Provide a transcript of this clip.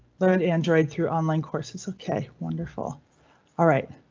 learn android through online courses. ok, wonderful alright?